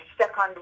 second